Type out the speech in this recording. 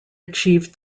achieved